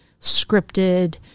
scripted